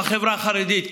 בחברה החרדית,